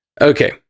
okay